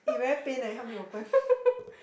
eh very pain eh help me open